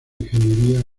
ingeniería